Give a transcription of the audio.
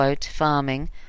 farming